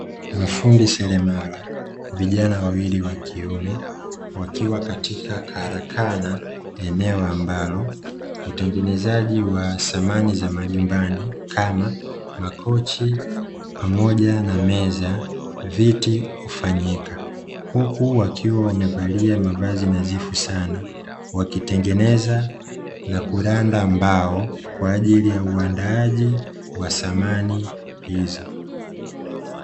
Mafundi seremala (vijana wawili) wa kiume, wakiwa katika karakana eneo ambalo utengenezaji wa samani za majumbani kama: makochi pamoja na meza, viti hufanyika; huku wakiwa wamevalia mavazi nadhifu sana, wakitengeneza na kuranda mbao kwa ajili ya uandaaji wa samani hizo.